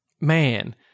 Man